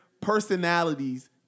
personalities